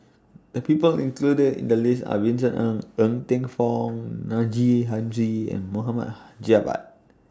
The People included in The list Are Vincent Ng Ng Teng Fong Haji and Mohamd Javad